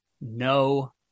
no